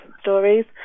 stories